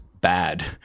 bad